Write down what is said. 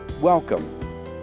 Welcome